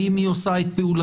האם היא עושה את פעולתה?